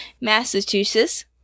Massachusetts